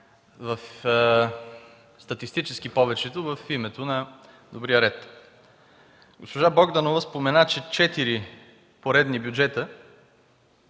статистически факти в името на добрия ред. Госпожа Богданова спомена, че в четири поредни бюджета